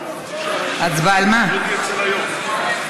תעופה (פיצוי וסיוע בשל ביטול